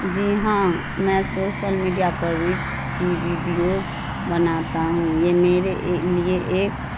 جی ہاں میں social media پر رسک کی ویڈیوز بناتا ہوں یہ میرے لیے ایک